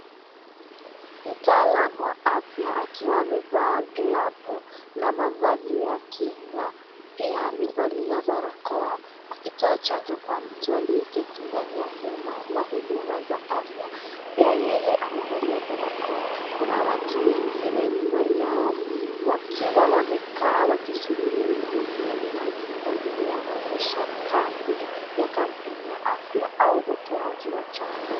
Mtaalamu wa afya akiwa amevalia glavu na mavazi ya kinga pia amevalia barakoa akitoa chanjo kwa mtu aliyeketi ndani ya hema la huduma za afya pia yeye amevalia barakoa, kuna watu wengine nyuma yao wakiwa wamekaa wakisubiri huduma, mazingira yanaonyesha kambi ya kampeni ya afya au utoaji wa chanjo.